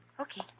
Okay